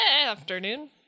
afternoon